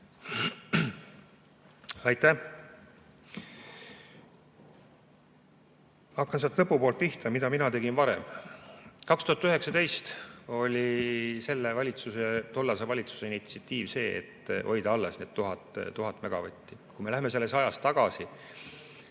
Aitäh! Ma hakkan sealt lõpu poolt pihta. Mida mina tegin varem? Aastal 2019 oli tollase valitsuse initsiatiiv see, et hoida alles need 1000 megavatti. Kui me läheme ajas tagasi,